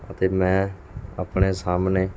ਅਤੇ ਮੈਂ ਆਪਣੇ ਸਾਹਮਣੇ